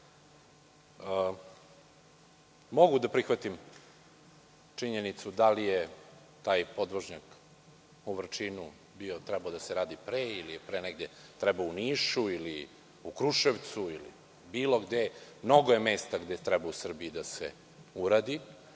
Mogu da prihvatim činjenicu da li je taj podvožnjak u Vrčinu trebao da se radi pre ili je trebao u Nišu ili u Kruševcu ili bilo gde. Mnogo je mesta gde treba u Srbiji da se uradi,